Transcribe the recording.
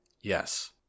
Yes